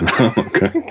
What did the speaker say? Okay